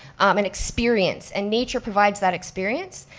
an experience and nature provides that experience.